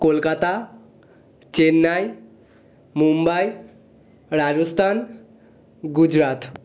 Kolkata Chennai Mumbai Rajasthan Gujarat